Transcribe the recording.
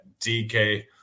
DK